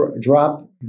drop